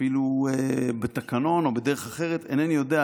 אפילו בתקנון או בדרך אחרת, אינני יודע.